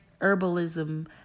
Herbalism